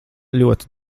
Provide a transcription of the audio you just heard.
ļoti